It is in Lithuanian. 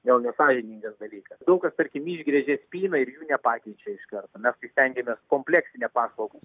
jau nesąžiningas dalyka daug kas tarkim išgręžia spyną ir jų nepakeičia iš karto mes tai stengiamės kompleksinę paslaugas